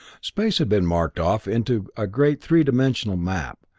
space had been marked off into a great three-dimensional map,